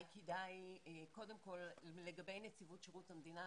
כדאי קודם כל לגבי נציבות שירות המדינה,